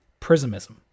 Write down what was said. Prismism